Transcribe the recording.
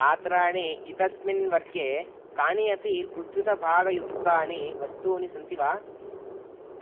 पात्राणि इत्यस्मिन् वर्गे कानि अपि उद्धृतभागयुक्तानि वस्तूनि सन्ति वा